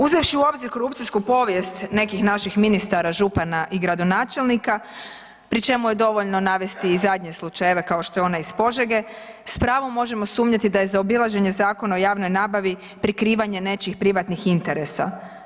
Uzevši u obzir korupcijsku povijest nekih naših ministara, župana i gradonačelnika pri čemu je dovoljno navesti zadnje slučajeve kao što je onaj iz Požege s pravom možemo sumnjati da je zaobilaženje Zakona o javnoj nabavi prikrivanje nečijih privatnih interesa.